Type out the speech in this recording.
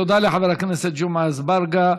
תודה לחבר הכנסת ג'מעה אזברגה.